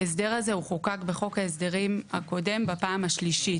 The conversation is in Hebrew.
ההסדר הזה הוא חוקק בחוק ההסדרים הקודם בפעם השלישית,